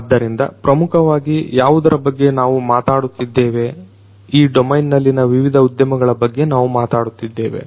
ಆದ್ದರಿಂದ ಪ್ರಮುಖವಾಗಿ ಯಾವುದರ ಬಗ್ಗೆ ನಾವು ಮಾತಡುತ್ತಿದ್ದೇವೆ ಈ ಡೊಮೇನ್ ನಲ್ಲಿನ ವಿವಿಧ ಉದ್ಯಮಗಳ ಬಗ್ಗೆ ನಾವು ಮಾತಾಡುತ್ತಿದ್ದೇವೆ